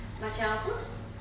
macam apa